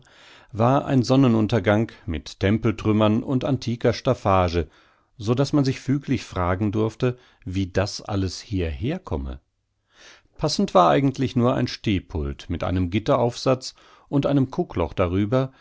war ein sonnenuntergang mit tempeltrümmern und antiker staffage so daß man sich füglich fragen durfte wie das alles hierherkomme passend war eigentlich nur ein stehpult mit einem gitter aufsatz und einem kuckloch darüber